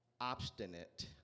obstinate